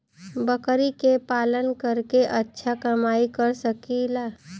बकरी के पालन करके अच्छा कमाई कर सकीं ला?